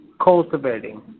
cultivating